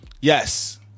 Yes